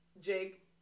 Jake